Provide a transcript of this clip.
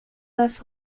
das